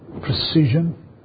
precision